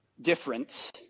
difference